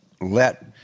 let